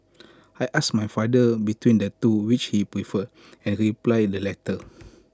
I asked my father between the two which he preferred and he replied the latter